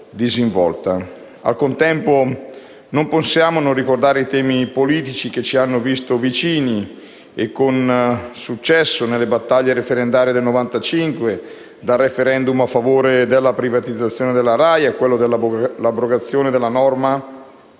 Al contempo, non possiamo non ricordare i temi politici che ci hanno visti vicini e per cui abbiamo conseguito dei successi con le battaglie referendarie del 1995, dal *referendum* a favore della privatizzazione della RAI, a quello dell'abrogazione della norma